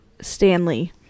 Stanley